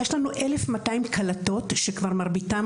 יש לנו כ-1,200 קלטות של אנשים שמרביתם,